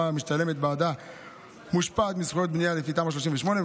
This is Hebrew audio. המשתלמת בעדה מושפעת מזכויות לפי תמ"א 38,